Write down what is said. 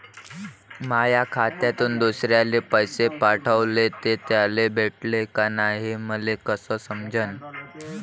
माया खात्यातून दुसऱ्याले पैसे पाठवले, ते त्याले भेटले का नाय हे मले कस समजन?